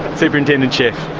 superintendent chef!